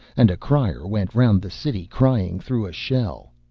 and a crier went round the city crying through a shell.